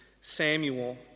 Samuel